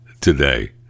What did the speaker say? today